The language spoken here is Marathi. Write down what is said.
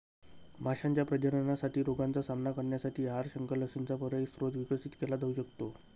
माशांच्या प्रजननासाठी रोगांचा सामना करण्यासाठी आहार, शंख, लसींचा पर्यायी स्रोत विकसित केला जाऊ शकतो